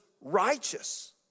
righteous